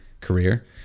career